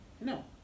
No